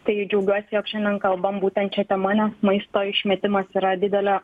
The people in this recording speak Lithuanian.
tai džiaugiuosi jog šiandien kalbam būtent šia tema nes maisto išmetimas yra didelė